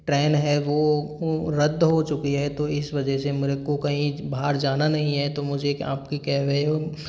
train है वो वो रद्द हो चुकी है तो इस वजह से मेरे को कहीं बाहर जाना नहीं है तो मुझे आपकी कैब है वो